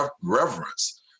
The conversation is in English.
reverence